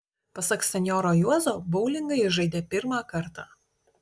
pasak senjoro juozo boulingą jis žaidė pirmą kartą